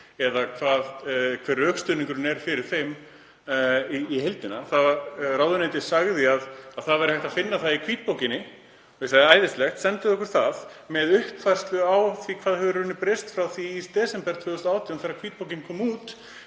eða hver rökstuðningurinn er fyrir þeim í heildina. Ráðuneytið sagði að hægt væri að finna það í hvítbókinni. Ég sagði: Æðislegt, sendið okkur það, með uppfærslu á því hvað hefur í rauninni breyst frá því í desember 2018 þegar hvítbókin kom út.